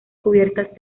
cubiertas